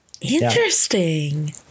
Interesting